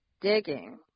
digging